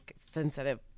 sensitive